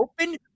open